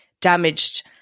damaged